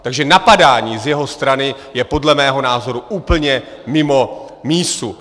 Takže napadání z jeho strany je podle mého názoru úplně mimo mísu.